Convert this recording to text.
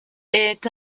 est